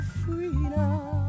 freedom